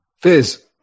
Fizz